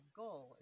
goal